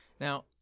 Now